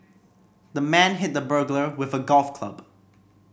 the man hit the burglar with a golf club